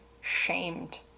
shamed